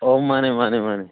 ꯑꯣ ꯃꯥꯟꯅꯦ ꯃꯥꯟꯅꯦ